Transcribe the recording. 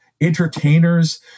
entertainers